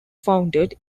founded